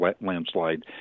landslide